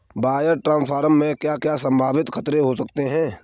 Wire transfer में क्या क्या संभावित खतरे हो सकते हैं?